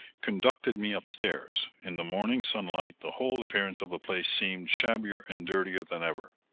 conducted me upstairs. in the morning sunlight the whole appearance of the place seemed shabbier and dirtier than ever.